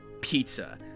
pizza